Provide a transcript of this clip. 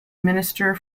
minister